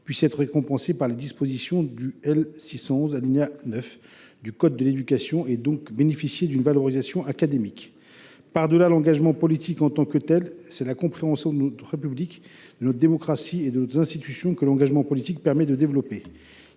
puissent être récompensés par les dispositions de l’article L. 611 9 du code de l’éducation, donc bénéficier d’une valorisation académique. Par delà l’engagement politique en tant que tel, c’est la compréhension de notre République, de notre démocratie et de nos institutions que l’engagement politique permet de développer.